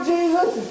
Jesus